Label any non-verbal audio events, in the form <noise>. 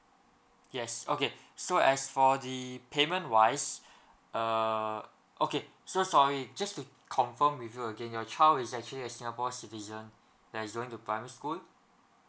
yes okay so as for the payment wise <breath> uh okay so sorry just to confirm with you again your child is actually a singapore citizen that is going to primary school